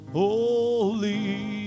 holy